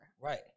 Right